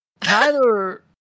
Tyler